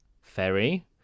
ferry